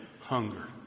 hunger